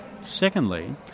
Secondly